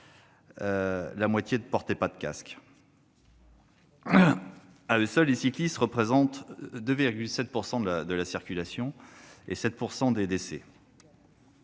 eux ne portait pas de casque. À eux seuls, les cyclistes représentent 2,7 % de la circulation et 7 % des décès.